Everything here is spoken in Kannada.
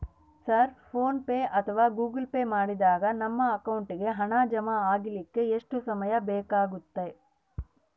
ಸರ್ ಫೋನ್ ಪೆ ಅಥವಾ ಗೂಗಲ್ ಪೆ ಮಾಡಿದಾಗ ನಮ್ಮ ಅಕೌಂಟಿಗೆ ಹಣ ಜಮಾ ಆಗಲಿಕ್ಕೆ ಎಷ್ಟು ಸಮಯ ಬೇಕಾಗತೈತಿ?